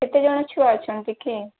କେତେ ଜଣ ଛୁଆ ଅଛନ୍ତିକି